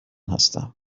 هستم